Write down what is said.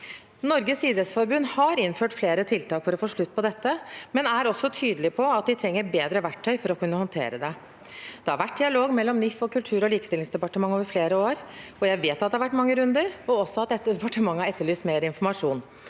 Norges idrettsforbund har innført flere tiltak for å få slutt på dette, men de er også tydelige på at de trenger bedre verktøy for å kunne håndtere det. Det har vært dialog mellom NIF og Kultur- og likestillingsdepartementet over flere år. Jeg vet at det har vært mange runder, og også at departementet har etterlyst mer informasjon,